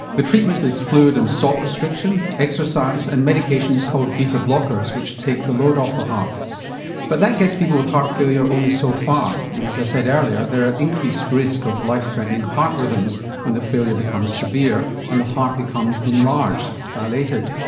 the treatment is fluid and salt restriction, exercise and medications called beta blockers, which take the load off the heart but that gets people with heart failure only so far. and as i said earlier there are increased risks of life threatening heart rhythms when the failure becomes severe and the heart becomes enlarged, enlarged, dilated.